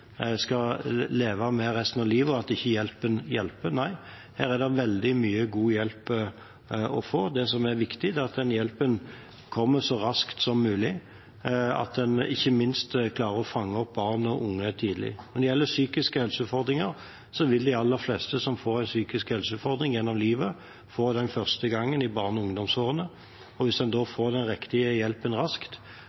skal leve med resten av livet, og at hjelpen ikke hjelper. Nei, her er det veldig mye god hjelp å få. Det som er viktig, er at den hjelpen kommer så raskt som mulig, og ikke minst at en klarer å fange opp barn og unge tidlig. Når det gjelder psykiske helseutfordringer, vil de aller fleste som får en psykisk helseutfordring gjennom livet, få den første gang i barne- og ungdomsårene. Hvis en da